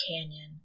Canyon